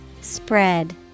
Spread